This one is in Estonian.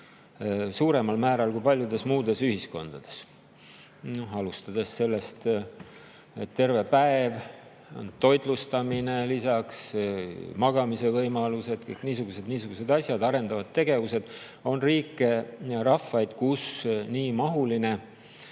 suuremal määral kui paljudes muudes ühiskondades. Alustame sellest, et terve päev on toitlustamine, lisaks magamise võimalused, kõik niisugused asjad, arendavad tegevused. On riike-rahvaid, kus nii [suure]mahuline